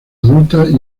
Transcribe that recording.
adultas